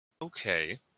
Okay